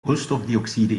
koolstofdioxide